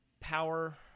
power